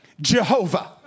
Jehovah